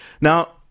Now